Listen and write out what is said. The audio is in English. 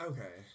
Okay